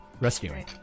Rescuing